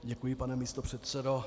Děkuji, pane místopředsedo.